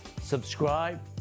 subscribe